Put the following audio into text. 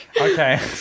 Okay